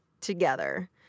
together